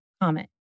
comment